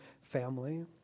family